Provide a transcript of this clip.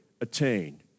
attain